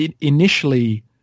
initially